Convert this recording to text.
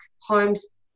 homes